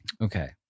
Okay